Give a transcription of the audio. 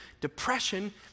depression